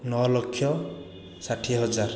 ନଅ ଲକ୍ଷ ଷାଠିଏ ହଜାର